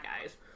guys